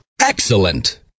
excellent